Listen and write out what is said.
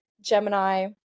Gemini